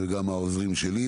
וגם העוזרים שלי,